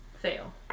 Fail